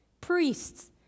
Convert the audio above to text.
priests